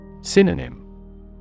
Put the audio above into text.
Synonym